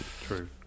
true